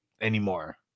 anymore